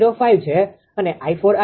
005 છે અને 𝑖4 આટલું છે